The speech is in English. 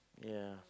ya